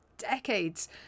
decades